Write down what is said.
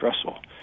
stressful